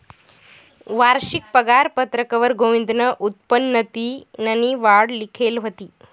वारशिक पगारपत्रकवर गोविंदनं उत्पन्ननी वाढ लिखेल व्हती